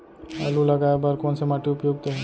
आलू लगाय बर कोन से माटी उपयुक्त हे?